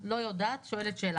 אני מניחה זאת כשאלה.